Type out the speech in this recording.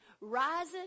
rising